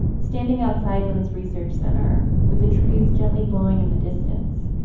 standing outside lynn's research center, with the trees gently blowing in the distance,